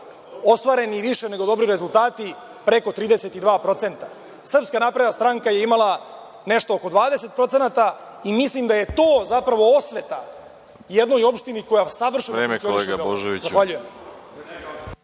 ostvareni više nego dobri rezultati preko 32%. Srpska napredna stranka je imala nešto oko 20% i mislim da je to zapravo osveta jednoj opštini koja savršeno funkcioniše. Zahvaljujem.